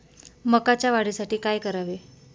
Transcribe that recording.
मकाच्या वाढीसाठी काय करावे?